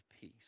peace